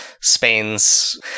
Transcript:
Spain's